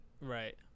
right